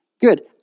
good